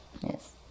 yes